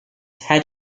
head